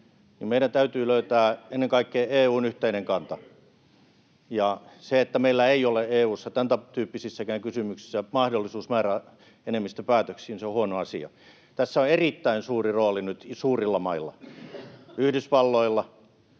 kuten totesin, ennen kaikkea EU:n yhteinen kanta. Se, että meillä ei ole EU:ssa tämäntyyppisissäkään kysymyksissä mahdollisuutta määräenemmistöpäätöksiin, on huono asia. Tässä on erittäin suuri rooli nyt suurilla mailla, Yhdysvalloilla,